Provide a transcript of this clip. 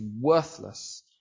worthless